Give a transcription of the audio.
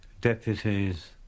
deputies